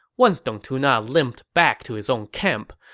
once dong tuna limped back to his own camp,